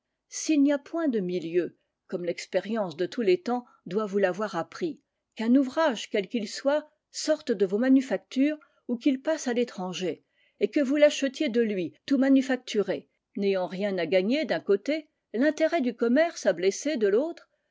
s'il n'y a point de milieu comme l'expérience de tous les temps doit vous l'avoir appris qu'un ouvrage quel qu'il soit sorte de vos manufactures ou qu'il passe à l'étranger et que vous l'achetiez de lui tout manufacturé n'ayant rien à gagner d'un côté l'intérêt du commerce à blesser de l'autre